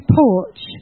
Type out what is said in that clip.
porch